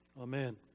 amen